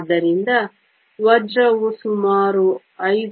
ಆದ್ದರಿಂದ ವಜ್ರವು ಸುಮಾರು 5